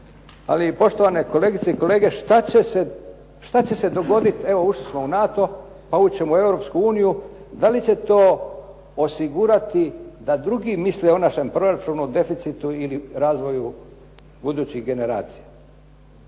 Ali poštovane kolegice i kolege, šta će se dogoditi evo ušli smo u NATO, pa ući ćemo u Europsku uniju. Da li će to osigurati da drugi misle o našem proračunu, deficitu ili razvoju budućih generacija?